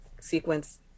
sequence